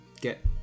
get